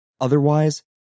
Otherwise